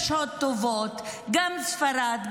בחדשות טובות: גם ספרד,